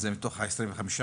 זה מתוך ה-25?